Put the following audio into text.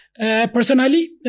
Personally